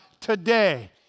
today